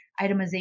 itemization